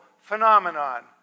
phenomenon